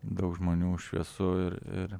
daug žmonių šviesu ir ir